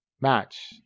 match